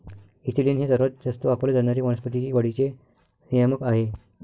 ethylene हे सर्वात जास्त वापरले जाणारे वनस्पती वाढीचे नियामक आहे